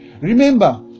Remember